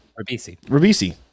rabisi